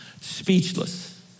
speechless